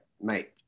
mate